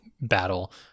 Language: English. battle